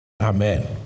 Amen